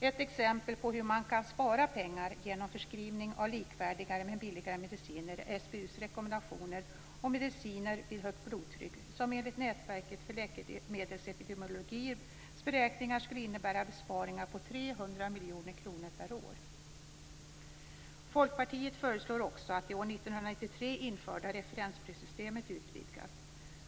Ett exempel på hur man kan spara pengar genom förskrivning av likvärdiga men billigare mediciner är SBU:s rekommendationer om mediciner vid högt blodtryck, som enligt beräkningar från Nätverket för läkemedelsepidemiologi skulle innebära besparingar på 300 miljoner kronor per år. Folkpartiet föreslår också att det år 1993 införda referensprissystemet utvidgas.